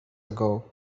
ago